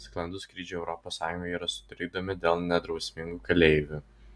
sklandūs skrydžiai europos sąjungoje yra sutrikdomi dėl nedrausmingų keleivių